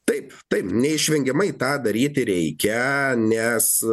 taip taip neišvengiamai tą daryti reikia nes